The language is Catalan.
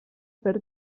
fer